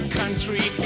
country